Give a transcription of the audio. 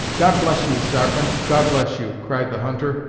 god bless you! sarpent god bless you! cried the hunter,